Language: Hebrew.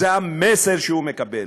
זה המסר שהוא מקבל,